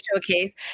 showcase